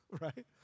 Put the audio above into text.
Right